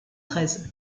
treize